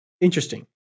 interesting